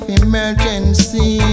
emergency